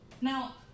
Now